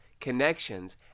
Connections